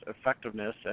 effectiveness